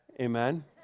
amen